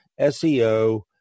SEO